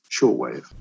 shortwave